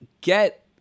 get